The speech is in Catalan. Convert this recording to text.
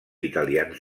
italians